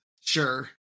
Sure